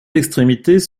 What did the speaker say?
extrémités